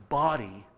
body